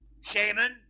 Shaman